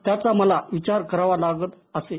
त्याचा मला विचार करावा लागत असे